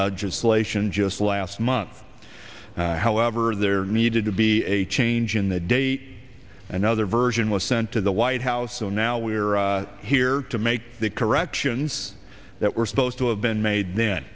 legislation just last month however there needed to be a change in the date another version was sent to the white house so now we're here to make the corrections that were supposed to have been made